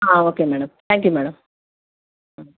okay madam thank you madam